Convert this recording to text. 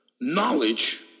knowledge